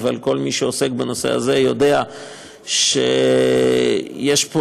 אבל כל מי שעוסק בנושא הזה יודע שיש פה